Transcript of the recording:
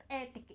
air ticket